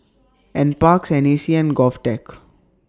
N Parks N A C and Govtech